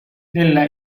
della